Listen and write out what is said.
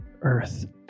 Earth